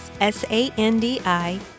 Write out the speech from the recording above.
S-A-N-D-I